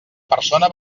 persona